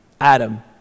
Adam